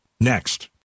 Next